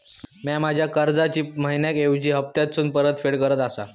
म्या माझ्या कर्जाची मैहिना ऐवजी हप्तासून परतफेड करत आसा